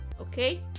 okay